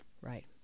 Right